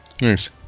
Nice